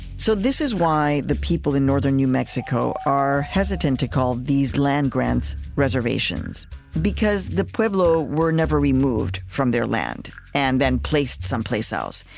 so this is why the people in northern new mexico are hesitant to call these land grants reservations because the pueblo were never removed from their land and then placed someplace else.